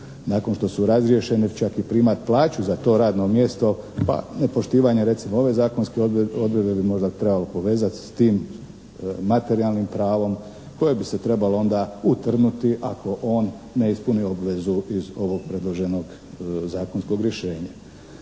nakon što su razriješeni, čak i primati plaću za to radno mjesto pa nepoštivanje recimo ove zakonske odredbe bi možda trebalo povezati s tim materijalnim pravom koje bi se trebalo onda utrnti ako on ne ispuni obvezu iz ovog predloženog zakonskog rješenja.